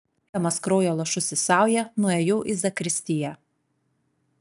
rinkdamas kraujo lašus į saują nuėjau į zakristiją